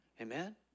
Amen